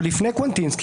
עוד לפני קוונטינסקי,